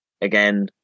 Again